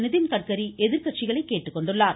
நிதின்கட்கரி எதிர்க்கட்சிகளை கேட்டுக்கொண்டுள்ளார்